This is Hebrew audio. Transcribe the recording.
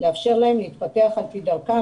לאפשר להם להתפתח על פי דרכם,